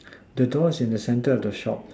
the door is in the centre of the shop